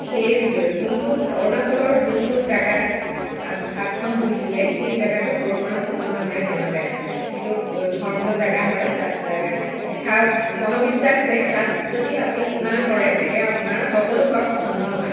সেই যোনটো অৰুণাচলৰ যোনটো জেগাত হাতখন ধুইছিলে সেই জেগাটো পৰশুৰাম কুণ্ড নামেৰে জনা যায় সেইটো ধৰ্মীয় জেগা হয় তাত এষাৰ জনবিশ্বাস যে তাত যদি আপুনি স্নান কৰে তেতিয়া আপোনাৰ সকলো পাপ খণ্ডন হয়